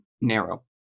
narrow